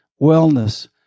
Wellness